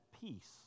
peace